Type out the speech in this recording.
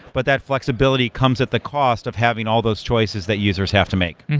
but that flexibility comes at the cost of having all those choices that users have to make.